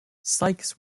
sykes